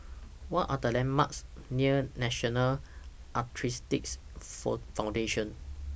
What Are The landmarks near National Arthritis Foundation